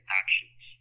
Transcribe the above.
actions